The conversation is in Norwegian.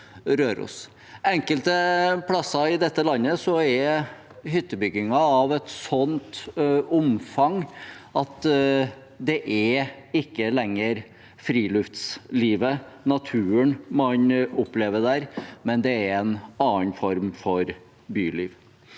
Enkelte plasser i landet er hyttebyggingen av et slikt omfang at det ikke lenger er friluftslivet og naturen man opplever der, men en annen form for byliv.